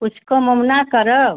कुछ कम ओम न करब